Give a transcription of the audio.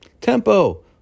Tempo